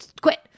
Quit